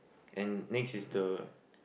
and next is the